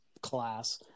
class